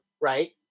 Right